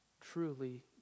truly